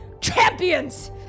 champions